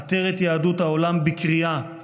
עטרת יהדות העולם, בקריאה.